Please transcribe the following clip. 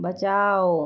बचाओ